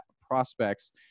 prospects